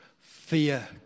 Fear